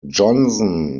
johnson